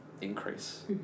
increase